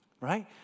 Right